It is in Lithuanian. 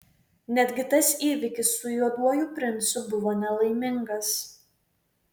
netgi tas įvykis su juoduoju princu buvo nelaimingas